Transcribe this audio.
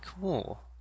cool